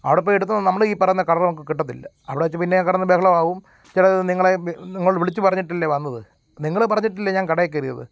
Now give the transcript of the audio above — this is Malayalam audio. അവടെപ്പോയി എടുത്ത് നമ്മൾ ഈ പറയുന്ന കളറ് നമുക്ക് കിട്ടത്തില്ല അവിടെ വെച്ച് പിന്നെ ഞാൻ കിടന്ന് ബഹളമാവും ചിലത് നിങ്ങളെ നിങ്ങൾ വിളിച്ച് പറഞ്ഞിട്ടല്ലേ വന്നത് നിങ്ങൾ പറഞ്ഞിട്ടല്ലെ ഞാൻ കടയിൽക്കയറിയത്